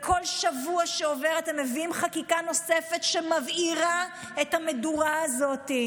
וכל שבוע שעובר אתם מביאים חקיקה נוספת שמבעירה את המדורה הזאת,